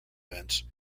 events